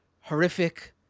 horrific